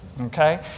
okay